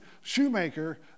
shoemaker